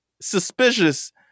suspicious